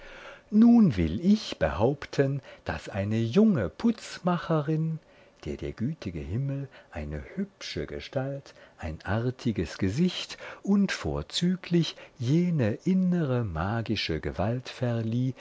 nun will ich behaupten daß eine junge putzmacherin der der gütige himmel eine hübsche gestalt ein artiges gesicht und vorzüglich jene innere magische gewalt